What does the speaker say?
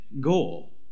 goal